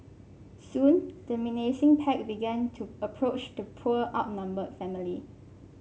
soon the menacing pack began to approach the poor outnumbered family